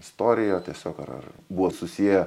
istorija tiesiog ar ar buvo susiję